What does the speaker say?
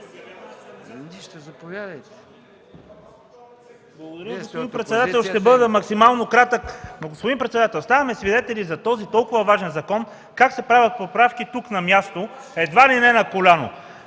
ИВАНОВ (ГЕРБ): Господин председател, ще бъда максимално кратък. Господин председател, ставаме свидетели как за този толкова важен закон се правят поправки тук, на място, едва ли не на коляно.